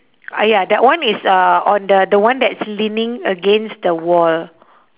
ah ya that one is uh on the the one that's leaning against the wall